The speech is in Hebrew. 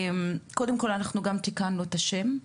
קודם כול, אנחנו גם תיקנו את השם.